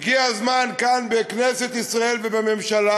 הגיע הזמן כאן, בכנסת ישראל ובממשלה,